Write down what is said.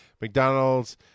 McDonald's